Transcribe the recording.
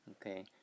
Okay